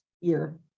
year